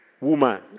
woman